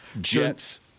Jets